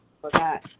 forgot